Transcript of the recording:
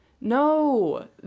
No